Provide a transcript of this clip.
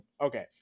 Okay